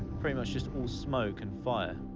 pretty much just all smoke and fire.